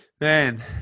Man